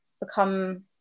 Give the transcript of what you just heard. become